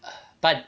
but